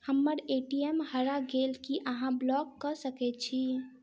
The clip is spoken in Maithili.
हम्मर ए.टी.एम हरा गेल की अहाँ ब्लॉक कऽ सकैत छी?